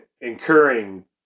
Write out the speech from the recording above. incurring